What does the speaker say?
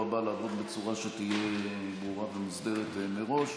הבא לעבוד בצורה שתהיה ברורה ומוסדרת מראש.